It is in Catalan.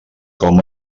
com